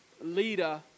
leader